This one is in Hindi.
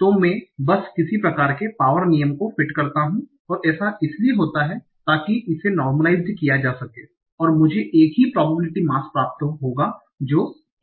तो मैं बस किसी प्रकार के पावर नियम को फिट करता हूं और ऐसा इसलिए होता है ताकि इसे नॉर्मलाइस्ड किया जा सके और मुझे एक ही probability mass प्राप्त होगा जो 1 है